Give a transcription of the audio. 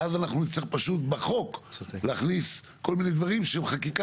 ואז אנחנו נצטרך פשוט בחוק להכניס כל מיני דברים שהם חקיקה,